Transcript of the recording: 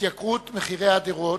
התייקרות מחירי הדירות,